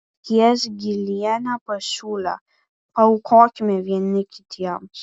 skiesgilienė pasiūlė paūkaukime vieni kitiems